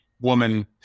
woman